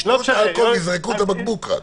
ישתו את האלכוהול ויזרקו רק את הבקבוק.